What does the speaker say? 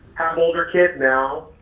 have older kids now.